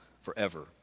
forever